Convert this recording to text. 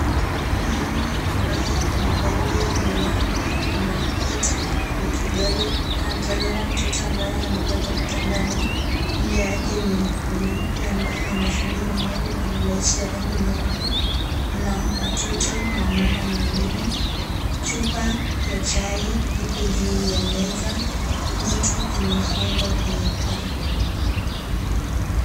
Mwanaume ambaye amevalia miwani ana Pete ya kidole anamtazama mtoto ambaye amelazwa kitandani Kando yake ni mwanamke ambaye ana shungi la nywele na blousi ya rangi nyeupe. Kuna watoto na mama mwingine ,chupa ya chai ipo juu ya meza, miti imefungwa kwenye paa.